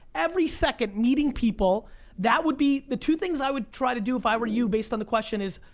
every second meeting people that would be, the two things i would try to do if i were you based on the question is,